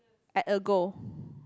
at a go